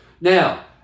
Now